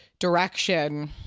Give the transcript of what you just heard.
direction